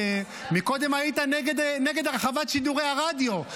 קודם היית נגד הרחבת שידורי הרדיו,